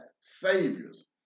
saviors